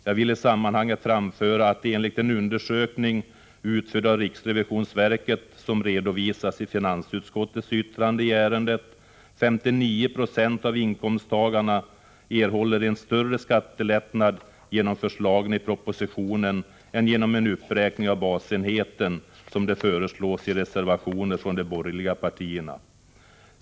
Jag vill i sammanhanget framföra att enligt en undersökning utförd av riksrevisionsverket, som redovisas i finansutskottets yttrande i ärendet, erhåller 59 90 av inkomsttagarna en större skattelättnad genom förslagen i propositionen än genom en uppräkning av basenheten, som det föreslås i reservationer från de borgerliga partierna.